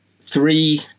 three